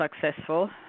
successful